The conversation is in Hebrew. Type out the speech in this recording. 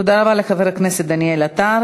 תודה רבה לחבר הכנסת דניאל עטר.